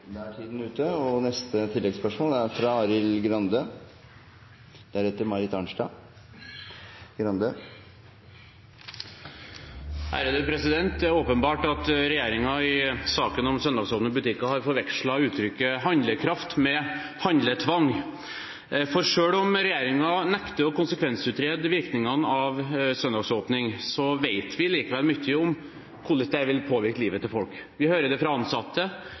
åpenbart at regjeringen i saken om søndagsåpne butikker har forvekslet uttrykket «handlekraft» med «handletvang», for selv om regjeringen nekter å konsekvensutrede virkningene av søndagsåpning, vet vi likevel mye om hvordan dette vil påvirke livet til folk. Vi hører det fra ansatte